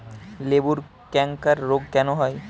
লেবুর ক্যাংকার রোগ কেন হয়?